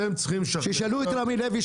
אתם צריכים לשכנע --- שישאלו את רמי לוי,